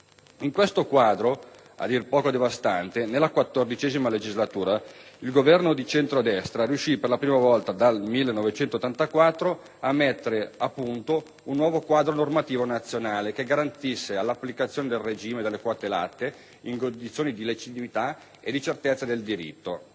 In questo quadro a dir poco devastante, nella XIV legislatura, il Governo di centrodestra riuscì, per la prima volta dal 1984, a mettere a punto un nuovo quadro normativo nazionale che garantisse l'applicazione del regime delle quote latte in condizioni di legittimità e di certezza del diritto.